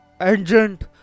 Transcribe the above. agent